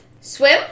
swim